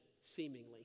seemingly